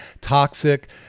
toxic